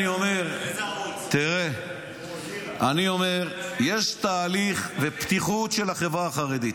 אני אומר שיש תהליך ופתיחות של החברה החרדית.